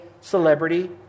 celebrity